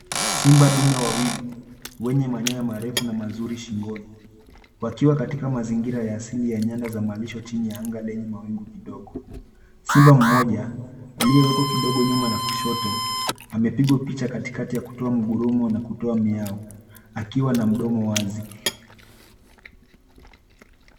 Simba dume wawili wenye manyoya marefu na mazuri shingoni wakiwa katika mazingira ya asili ya nyanda za malisho chini ya anga lenye mawingu kidogo. Simba mmoja aliyewekwa kidogo nyuma na kushoto amepigwa picha katikati ya kutoa mngurumo na kutoa miyao akiwa na mdomo wazi.